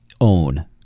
own